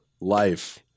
life